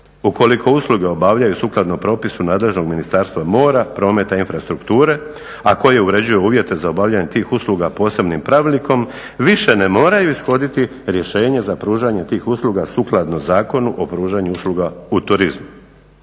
Ukoliko usluge obavljaju sukladno propisu nadležnog Ministarstva mora, prometa i infrastrukture a koji uređuje uvjete za obavljanje tih usluga posebnim pravilnikom više ne moraju ishoditi rješenje za pružanje tih usluga sukladno Zakonu o pružanju usluga u turizmu.